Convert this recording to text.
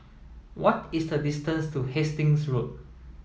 what is the distance to Hastings Road